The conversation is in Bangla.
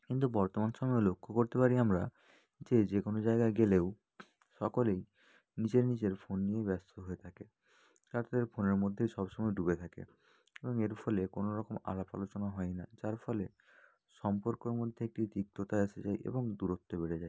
কিন্তু বর্তমান সময়েও লক্ষ্য করতে পারি আমরা যে যে কোনো জায়গা গেলেও সকলেই নিজের নিজের ফোন নিয়েই ব্যস্ত হয়ে থাকে তাদের ফোনের মধ্যে সব সময় ডুবে থাকে এবং এর ফলে কোনো রকম আলাপ আলোচনা হয় না যার ফলে সম্পর্কর মধ্যে একটি তিক্ততা এসে যায় এবং দূরুত্ব বেড়ে যায়